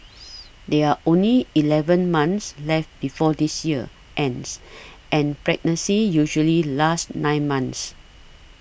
there only eleven months left before this year ends and pregnancy usually lasts nine months